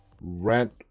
rent